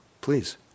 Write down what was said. Please